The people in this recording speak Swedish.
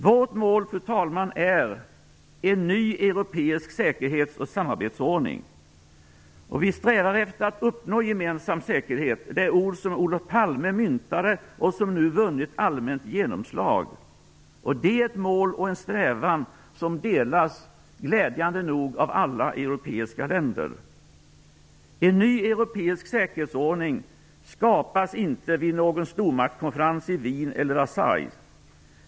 Vårt mål, fru talman, är en ny europeisk säkerhetsoch samarbetsordning, och vi strävar efter att uppnå gemensam säkerhet - det begrepp som Olof Palme myntade och som nu har vunnit allmänt genomslag. Det är ett mål och en strävan som delas, glädjande nog, av alla europeiska länder. En ny europeisk säkerhetsordning skapas inte vid någon stormaktskonferens i Wien eller i Versailles.